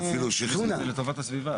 זה לטובת הסביבה.